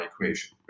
equation